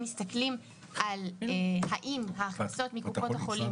אם מסתכלים על האם ההכנסות מקופות החולים